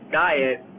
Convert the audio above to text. diet